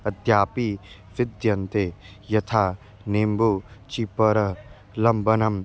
अद्यपि विद्यन्ते यथा नेम्बु चिपर लम्बनम्